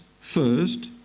first